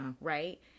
right